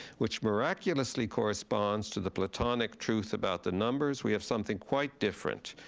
which miraculously corresponds to the platonic truth about the numbers, we have something quite different,